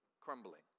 crumbling